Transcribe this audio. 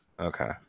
Okay